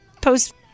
post